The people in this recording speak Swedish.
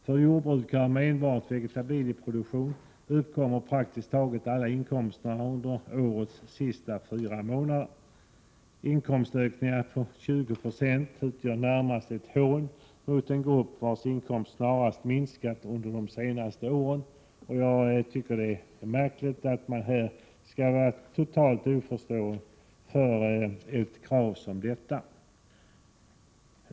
För jordbrukarna med enbart vegetabilieproduktion uppkommer praktiskt taget alla inkomster under årets sista fyra månader. Inkomstökningar på 20 90 utgör närmast ett hån mot en grupp, vars inkomst snarast minskat under de senaste åren. Jag tycker att det är märkligt att man här är totalt oförstående inför ett krav som detta.